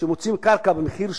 כשמוציאים קרקע במחיר שמאות,